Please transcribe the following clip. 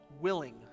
willing